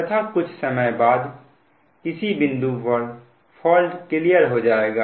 तथा कुछ समय बाद किसी बिंदु पर फॉल्ट क्लियर हो जाएगा